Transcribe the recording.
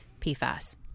PFAS